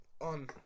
On